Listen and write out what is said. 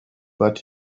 but